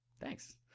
Thanks